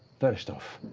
first off,